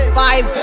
five